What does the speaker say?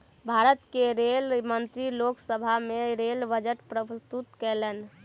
भारत के रेल मंत्री लोक सभा में रेल बजट प्रस्तुत कयलैन